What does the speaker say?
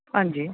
हां जी